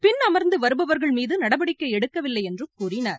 பின் அமர்ந்து வருபவர்கள் மீது நடவடிக்கை எடுக்கவில்லை என்றும் கூறினர்